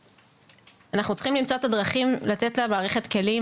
אנחנו צריכים למצוא את הדרכים לתת למערכת כלים,